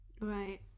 Right